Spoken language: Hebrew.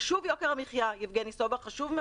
חשוב יוקר המחייה, חשוב, יבגני סובה, חשוב מאוד.